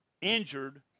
injured